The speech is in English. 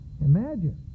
imagine